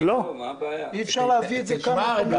אי אפשר להביא את זה כאן להצבעה?